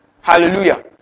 Hallelujah